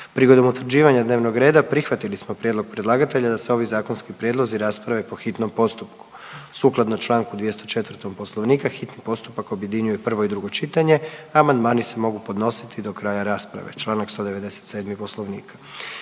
Prigodom utvrđivanja dnevnog reda prihvatili smo prijedlog predlagatelja da se ovi zakonski prijedlozi raspravi po hitnom postupku. Sukladno čl. 204. Poslovnika hitni postupak objedinjuje prvo i drugo čitanje, a amandmani se mogu podnositi do kraja rasprave čl. 197. Poslovnika.